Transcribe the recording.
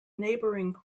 neighboring